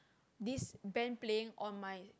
this band playing on my